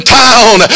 town